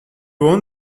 won